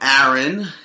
Aaron